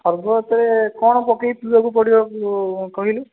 ସର୍ବତରେ କ'ଣ ପକେଇକି ପିଇବାକୁ ପଡ଼ିବ କହିଲୁ